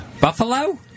Buffalo